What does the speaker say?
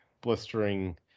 blistering